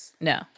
No